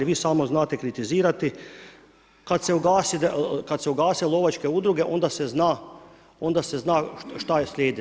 Vi samo znate kritizirati, kad se ugase lovačke udruge, onda se zna šta slijedi.